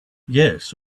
yes